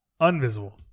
Unvisible